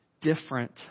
different